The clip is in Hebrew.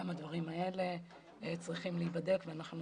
גם הדברים האלה צריכים להיבדק ואנחנו